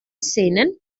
szenen